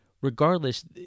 regardless